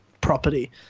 property